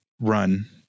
run